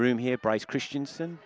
room here price christianson